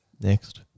Next